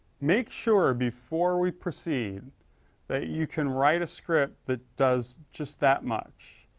make sure before we proceed that you can write a script that does just that much.